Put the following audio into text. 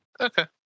Okay